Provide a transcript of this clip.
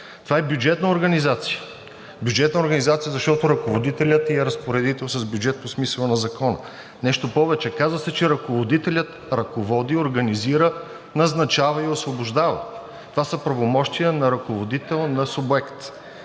Това е бюджетна организация – бюджетна организация, защото ръководителят е и разпоредител с бюджет по смисъла на закона. Нещо повече, каза се, че ръководителят ръководи, организира, назначава и освобождава, това са правомощия на ръководител на субект.